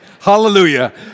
hallelujah